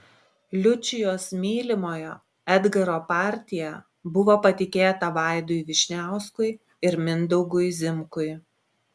liučijos mylimojo edgaro partija buvo patikėta vaidui vyšniauskui ir mindaugui zimkui